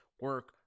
Work